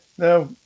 Now